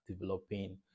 developing